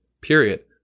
Period